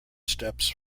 steps